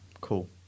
cool